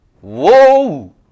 Whoa